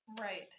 Right